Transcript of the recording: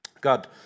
God